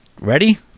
ready